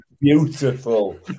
beautiful